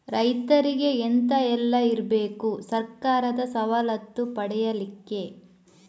ರೈತರಿಗೆ ಎಂತ ಎಲ್ಲ ಇರ್ಬೇಕು ಸರ್ಕಾರದ ಸವಲತ್ತು ಪಡೆಯಲಿಕ್ಕೆ?